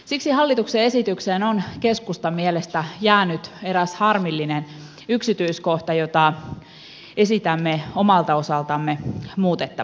siksi hallituksen esitykseen on keskustan mielestä jäänyt eräs harmillinen yksityiskohta jota esitämme omalta osaltamme muutettavaksi